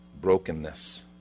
brokenness